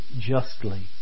justly